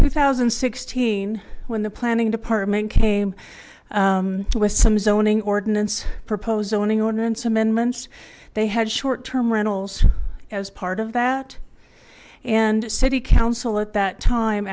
two thousand and sixteen when the planning department came with some zoning ordinance proposed zoning ordinance amendments they had short term rentals as part of that and city council at t